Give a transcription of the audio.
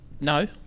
no